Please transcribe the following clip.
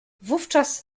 wówczas